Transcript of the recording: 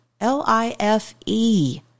L-I-F-E